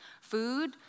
Food